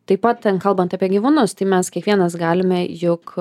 taip pat ten kalbant apie gyvūnus tai mes kiekvienas galime juk